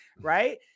right